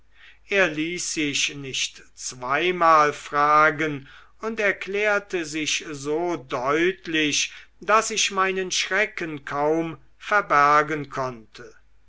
er ließ sich nicht zweimal fragen und erklärte sich so deutlich daß ich meinen schrecken kaum verbergen konnte